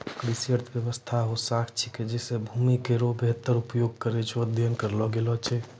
कृषि अर्थशास्त्र हौ शाखा छिकै जैमे भूमि रो वेहतर उपयोग करै रो अध्ययन करलो गेलो छै